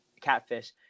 Catfish